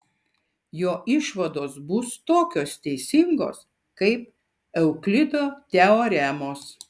jo išvados bus tokios teisingos kaip euklido teoremos